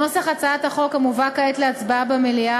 נוסח הצעת החוק המובא כעת להצבעה במליאה